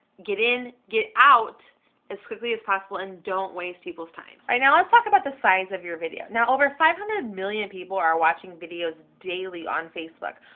get in, get out as quickly as possible and don't waste people's time. all right, now let's talk about the size of your video. now, over five hundred million people are watching videos daily on facebook,